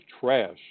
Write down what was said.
trash